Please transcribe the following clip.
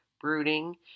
brooding